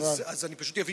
לא, אז אני פשוט אבהיר.